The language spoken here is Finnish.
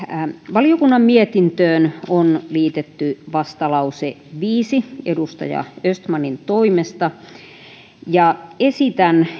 valiokunnan mietintöön on liitetty vastalause viisi edustaja östmanin toimesta esitän